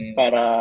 para